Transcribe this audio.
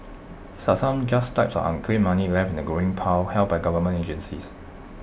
some just types of unclaimed money left in A growing pile held by government agencies